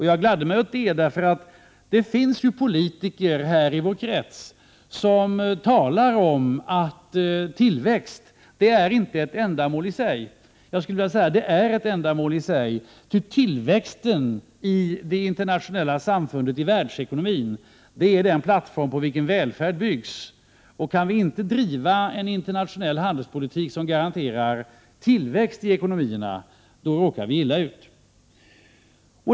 Jag gladde mig åt det, därför att det finns politiker i vår krets som talar om att tillväxt inte är ett ändamål i sig. Jag skulle vilja säga att det är det, därför att tillväxten i det internationella samfundet, i världsekonomin, är den plattform på vilken välfärd byggs. Kan vi inte driva en internationell handelspolitik som garanterar tillväxt i ekonomierna, då råkar vi illa ut.